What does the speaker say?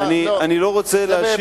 אני לא רוצה להשיב,